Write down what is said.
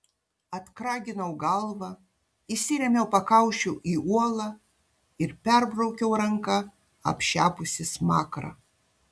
atkraginau galvą įsirėmiau pakaušiu į uolą ir perbraukiau ranka apšepusį smakrą